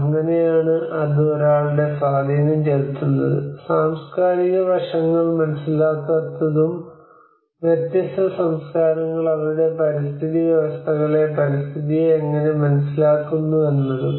അങ്ങനെയാണ് അത് ഒരാളുടെ സ്വാധീനം ചെലുത്തുന്നത് സാംസ്കാരിക വശങ്ങൾ മനസ്സിലാക്കാത്തതും വ്യത്യസ്ത സംസ്കാരങ്ങൾ അവരുടെ പരിസ്ഥിതി വ്യവസ്ഥകളെ പരിസ്ഥിതിയെ എങ്ങനെ മനസ്സിലാക്കുന്നുവെന്നതും